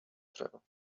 travel